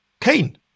Cain